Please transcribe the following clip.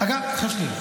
שנייה.